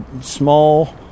small